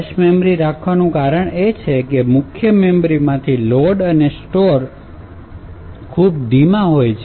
cache memory રાખવાનું કારણ એ છે કે મુખ્ય મેમરીમાંથી લોડ અને સ્ટોર્સ ખૂબ ધીમા હોય છે